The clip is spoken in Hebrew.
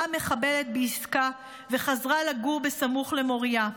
המחבלת בעסקה וחזרה לגור בסמוך למוריה.